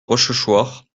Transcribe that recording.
rochechouart